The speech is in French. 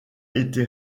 été